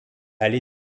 aller